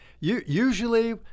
usually